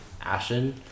Ashen